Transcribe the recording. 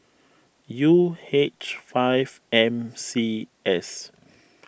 U H five M C S